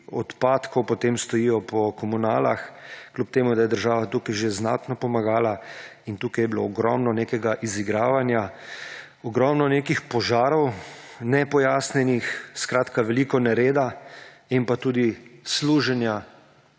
odpadkov potem stojijo po komunalah, kljub temu da je država tukaj že znatno pomagala. Tukaj je bilo ogromno nekega izigravanja, ogromno nekih požarov nepojasnjeni; skratka, veliko nereda in tudi služenja